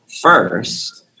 first